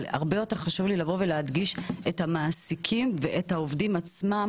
אבל הרבה יותר חשוב לי להדגיש את המעסיקים ואת העובדים עצמם